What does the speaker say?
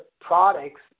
products